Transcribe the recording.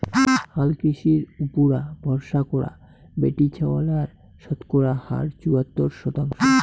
হালকৃষির উপুরা ভরসা করা বেটিছাওয়ালার শতকরা হার চুয়াত্তর শতাংশ